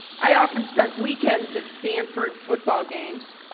i often spent weekends at stanford football games.